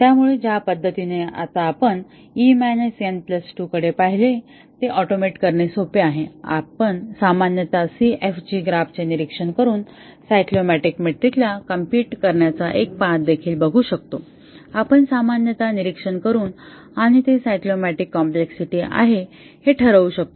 त्यामुळे ज्या पद्धतीने आपण आता e n 2 कडे पाहिले ते ऑटोमेट करणे सोपे आहे आपण सामान्यत CFG ग्राफचे निरीक्षण करून सायक्लोमॅटिक मेट्रिक ला कॉम्प्युट करण्याचा एक पाथ देखील बघू शकतो आपण सामान्यतः निरीक्षण करून आणि ते सायक्लोमॅटिक कॉम्प्लेक्सिटी आहे हे ठरवू शकतो